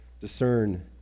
discern